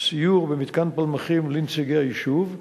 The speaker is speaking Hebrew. סיור במתקן פלמחים לנציגי היישוב,